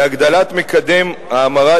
מקדם ההמרה